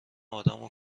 آدمو